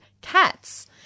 cats